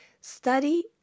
study